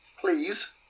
please